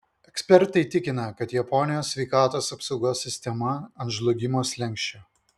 ekspertai tikina kad japonijos sveikatos apsaugos sistema ant žlugimo slenksčio